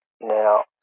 Now